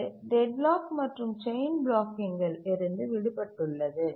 இது டெட்லாக் மற்றும் செயின் பிளாக்கிங்கில் இருந்து விடுபட்டுள்ளது